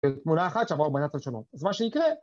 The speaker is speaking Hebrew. כן, תמונה אחת שווה אגב יחס שונות. אז מה שיקרה...